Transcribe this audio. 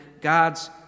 God's